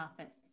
office